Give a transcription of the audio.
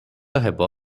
ହେବ